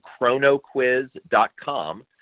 chronoquiz.com